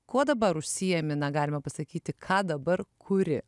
kuo dabar užsiėmimi na galima pasakyti ką dabar kuri